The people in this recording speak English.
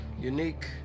unique